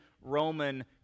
Roman